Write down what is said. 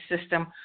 system